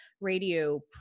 radio